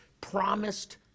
promised